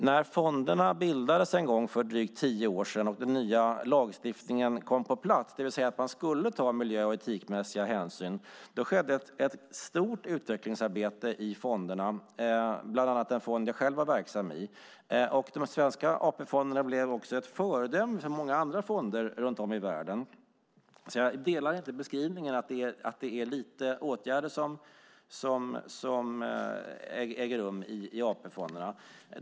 När fonderna bildades en gång för drygt tio år sedan och den nya lagstiftningen kom på plats, det vill säga att man skulle ta miljö och etikmässiga hänsyn, skedde ett stort utvecklingsarbete i fonderna, bland annat den fond jag själv var verksam i. De svenska AP-fonderna blev också ett föredöme för många andra fonder runt om i världen. Jag delar inte beskrivningen att det är lite åtgärder som vidtas i AP-fonderna.